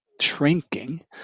shrinking